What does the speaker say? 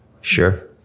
Sure